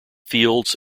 fields